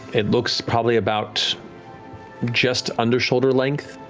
it looks probably about just under shoulder length,